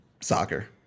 soccer